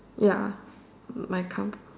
ya my com